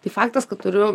tai faktas kad turiu